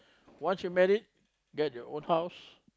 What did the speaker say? once you married get your own house